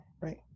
right